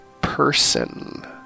person